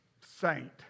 saint